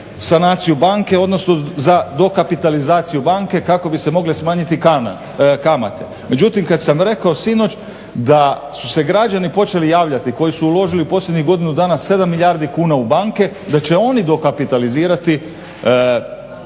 sanaciju banke odnosno za dokapitalizaciju banke kako bi se mogle smanjiti kamate. Međutim kada sam rekao sinoć da su se građani počeli javljati koji su uložili u posljednjih godinu dana 7 milijardi kuna u banke da će oni dokapitalizirati